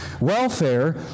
Welfare